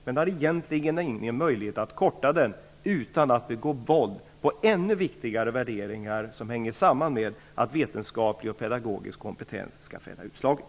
Men vi har egentligen ingen möjlighet att korta den utan att begå våld på ännu viktigare värderingar som hänger samman med att vetenskaplig och pedagogisk kompetens skall fälla utslaget.